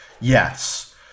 Yes